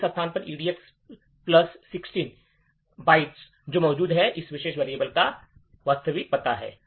अब इस स्थान पर EDX प्लस 16 बाइट्स जो मौजूद है इस विशेष variable का वास्तविक पता है